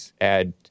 add